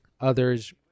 others